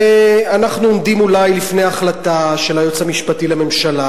ואנחנו עומדים אולי לפני החלטה של היועץ המשפטי לממשלה